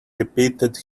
repeated